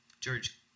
George